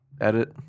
edit